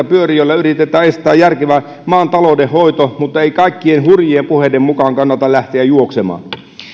pyörii joilla yritetään estää maan järkevä taloudenhoito mutta ei kaikkien hurjien puheiden mukaan kannata lähteä juoksemaan